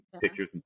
pictures